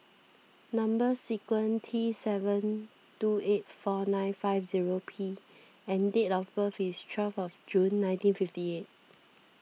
Number Sequence T seven two eight four nine five zero P and date of birth is twelve of June nineteen fifty eight